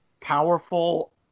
powerful